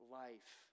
life